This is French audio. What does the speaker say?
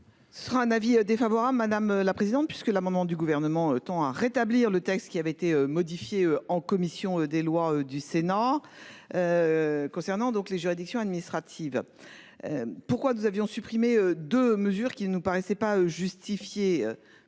Ce sera un avis défavorable. Madame la présidente, puisque l'amendement du gouvernement tend à rétablir le texte qui avait été modifié en commission des lois du Sénat. Concernant donc les juridictions administratives. Pourquoi nous avions supprimé de mesures qui ne nous paraissait pas justifié.